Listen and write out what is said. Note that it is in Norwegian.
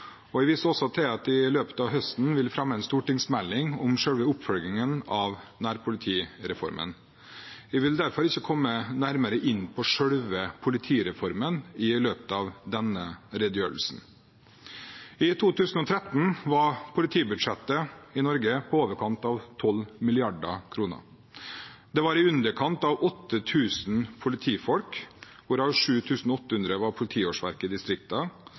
og beredskapssituasjonen, og jeg viser også til at jeg i løpet av høsten vil fremme en stortingsmelding om selve oppfølgingen av nærpolitireformen. Jeg vil derfor ikke komme nærmere inn på selve politireformen i løpet av denne redegjørelsen. I 2013 var politibudsjettet i Norge på i overkant av 12 mrd. kr. Det var i underkant av 8 000 politifolk, hvorav 7 800 var politiårsverk i